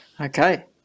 okay